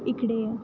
इकडे ये